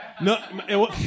No